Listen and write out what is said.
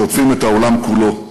שוטפים את העולם כולו.